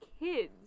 Kids